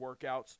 workouts